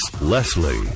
Leslie